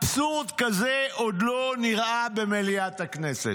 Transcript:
אבסורד כזה עוד לא נראה במליאת הכנסת.